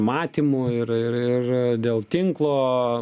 matymų ir ir ir dėl tinklo